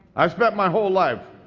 i spent my whole life